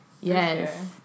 Yes